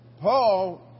Paul